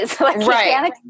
Right